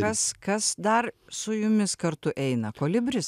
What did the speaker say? kas kas dar su jumis kartu eina kolibris